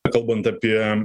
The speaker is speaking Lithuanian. kalbant apie